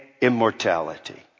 immortality